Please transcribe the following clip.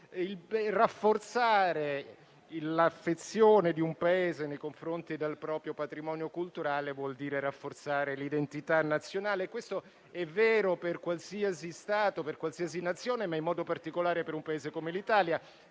Rafforzare l'affezione di un Paese nei confronti del proprio patrimonio culturale vuol dire rafforzare l'identità nazionale. Questo è vero per qualsiasi Stato, ma in modo particolare per un Paese come l'Italia,